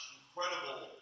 incredible